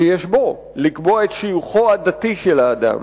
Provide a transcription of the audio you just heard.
שיש בו לקבוע את שיוכו הדתי של האדם,